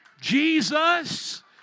Jesus